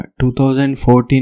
2014